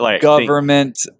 government